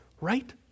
right